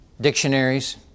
dictionaries